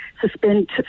suspend